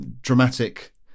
dramatic